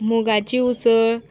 मुगाची उसळ